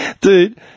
dude